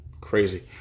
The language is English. crazy